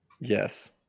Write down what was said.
Yes